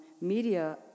media